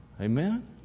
Amen